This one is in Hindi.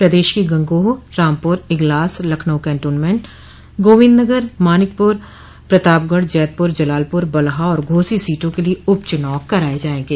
प्रदेश की गंगोह रामपुर इगलास लखनऊ केन्टोमेंट गोविन्दनगर मानिकपुर प्रतापगढ़ जैदपुर जलालपुर बलहा और घोसो सीटों के लिये उप चुनाव कराये जायेंगे